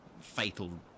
fatal